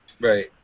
Right